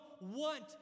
want